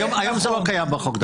היום זה לא קיים בחוק.